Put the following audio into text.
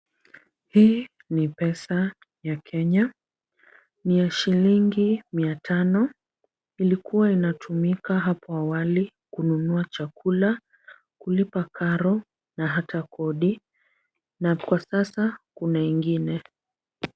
Hii ni pesa ya Kenya. Ni ya shilingi mia tano. Ilikuwa inatumika hapo awali kununua chakula, kulipa karo na hata kodi na kwa sasa kuna ingine.